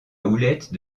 houlette